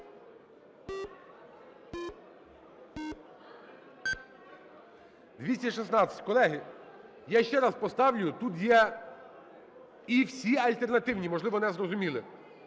За-216 Колеги, я ще раз поставлю. Тут є і всі альтернативні, можливо, не зрозуміли.